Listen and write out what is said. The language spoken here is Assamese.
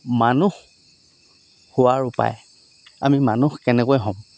মানুহ হোৱাৰ উপায় আমি মানুহ কেনেকৈ হ'ম